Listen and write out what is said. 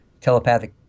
telepathic